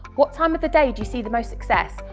what time of the day do you see the most success?